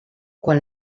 quan